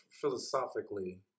philosophically